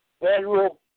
federal